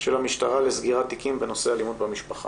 של המשטרה לסגירת תיקים בנושא אלימות במשפחה.